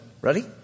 Ready